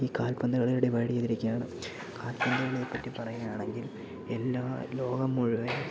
ഈ കാൽപ്പന്ത് കളി ഡിവൈഡ് ചെയ്തിരിക്കുകയാണ് കാൽപ്പന്ത് കളിയെ പറ്റി പറയുകയാണെങ്കിൽ എല്ലാ ലോകം മുഴുവൻ